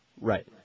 Right